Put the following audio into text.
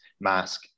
mask